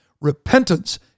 Repentance